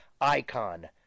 icon